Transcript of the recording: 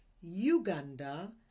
Uganda